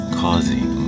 causing